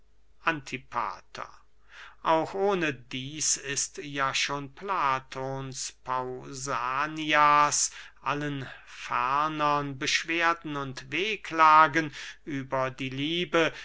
antipater auch ohne dieß ist ja schon platons pausanias allen fernern beschwerden und wehklagen über die liebe